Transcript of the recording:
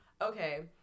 Okay